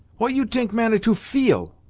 what you t'ink manitou feel?